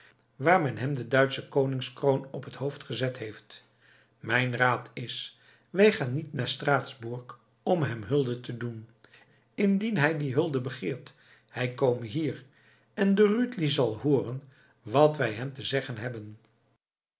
waar men hem de duitsche koningskroon op het hoofd gezet heeft mijn raad is wij gaan niet naar straatsburg om hem hulde te doen indien hij die hulde begeert hij kome hier en de rütli zal hooren wat wij hem te zeggen hebben